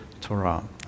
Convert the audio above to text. Torah